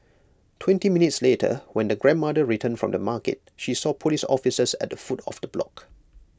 twenty minutes later when the grandmother returned from the market she saw Police officers at the foot of the block